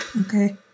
Okay